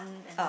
and